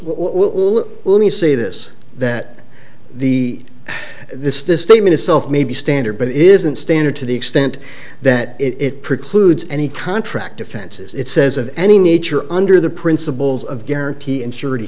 will let me say this that the this this statement itself may be standard but it isn't standard to the extent that it precludes any contract offenses it says of any nature under the principles of guarantee and sure